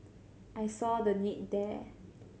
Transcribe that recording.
I saw the need there